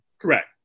Correct